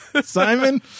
Simon